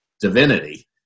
divinity